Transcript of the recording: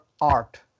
art